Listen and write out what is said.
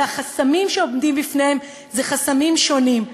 שהחסמים שעומדים בפניהם הם חסמים שונים,